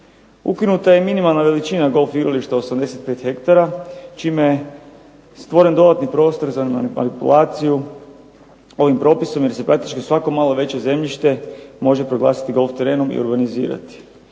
Ukinuta je minimalna veličina golf igrališta 85 hektara čime je stvoren dodatni prostor za manipulaciju ovim propisom jer se praktički svako malo veće zemljište može proglasiti golf terenom i organizirati,